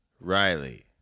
Riley